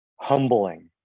humbling